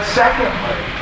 secondly